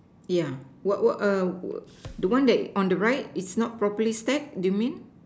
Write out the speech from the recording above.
yeah what what err w~ the one that on the right is not properly stack do you mean